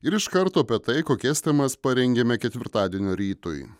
ir iš kart apie tai kokias temas parengėme ketvirtadienio rytui